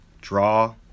draw